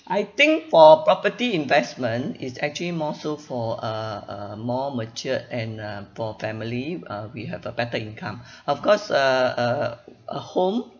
I think for property investment it's actually more so for uh uh more matured and uh for family uh with have a better income of course uh uh a home